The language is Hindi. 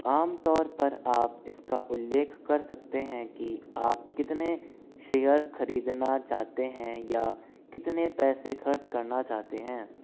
आम तौर पर आप इसका उल्लेख कर सकते हैं कि आप कितने शेयर खरीदना चाहते हैं या कितने पैसे खर्च करना चाहते हैं